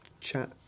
chat